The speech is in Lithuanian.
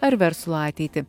ar verslo ateitį